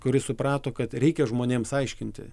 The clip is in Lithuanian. kuri suprato kad reikia žmonėms aiškinti